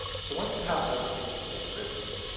so once you have those salient characteristics,